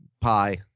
pie